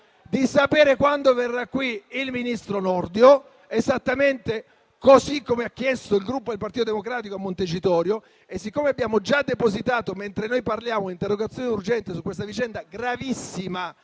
di sapere quando verrà qui il ministro Nordio, esattamente come ha chiesto il Gruppo Partito Democratico a Montecitorio. Abbiamo già depositato un'interrogazione urgente su questa vicenda gravissima,